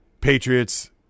Patriots